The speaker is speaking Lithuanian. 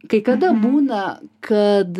kai kada būna kad